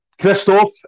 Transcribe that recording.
Christoph